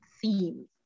themes